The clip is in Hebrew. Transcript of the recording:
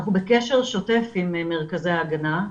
אנחנו בקשר שוטף עם מרכזי ההגנה.